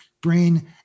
brain